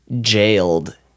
jailed